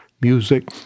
music